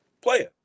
player